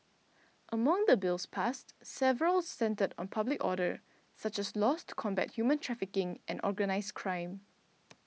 among the bills passed several centred on public order such as laws to combat human trafficking and organised crime